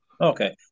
Okay